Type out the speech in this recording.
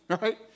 Right